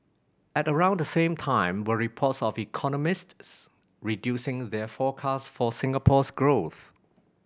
at around the same time were reports of economists reducing their forecast for Singapore's growth